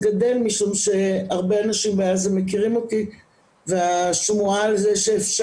בשל העובדה שהן לא הועברו על ידי הוועדה האזרחית